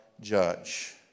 judge